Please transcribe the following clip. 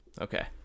Okay